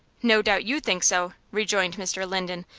no doubt you think so, rejoined mr. linden,